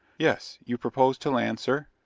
yes. you propose to land, sir?